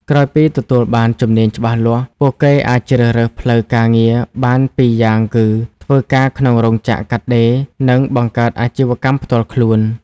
ក្រោយពីទទួលបានជំនាញច្បាស់លាស់ ពួកគេអាចជ្រើសរើសផ្លូវការងារបានពីរយ៉ាងគឺ ធ្វើការក្នុងរោងចក្រកាត់ដេរ និងបង្កើតអាជីវកម្មផ្ទាល់ខ្លួន។